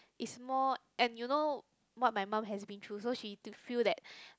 is more and you know what my mum has been through she to feel that